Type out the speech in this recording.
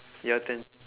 your turn